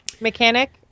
mechanic